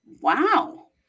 wow